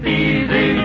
easy